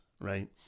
right